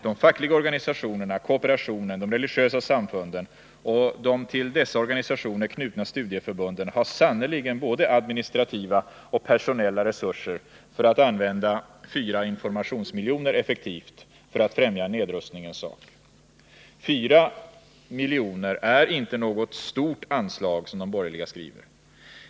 De fackliga organisationerna, kooperationen, de religiösa samfunden och de till dessa organisationer knutna studieförbunden har sannerligen både administrativa och personella resurser för att använda 4 informationsmiljoner effektivt för att främja nedrustningens sak. 4 milj.kr. är sannerligen inte något ”stort anslag” som de borgerliga skriver.